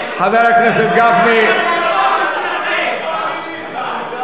אנחנו לא מבוהלים ממך.